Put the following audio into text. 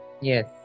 Yes